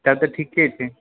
तब तऽ ठीके छै